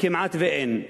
כמעט שאין.